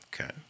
Okay